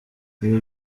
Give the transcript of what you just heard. ibyo